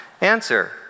Answer